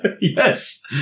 Yes